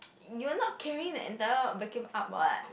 you're not carrying the enter vacuum up [what]